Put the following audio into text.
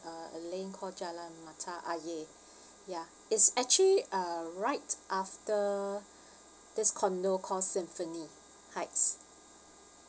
uh a lane called jalan mata ayer ya it's actually uh right after this condo called symphony heights